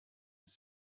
his